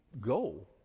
go